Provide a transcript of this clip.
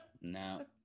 No